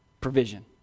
provision